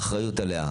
האחריות עליה.